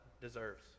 deserves